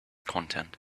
content